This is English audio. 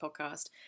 podcast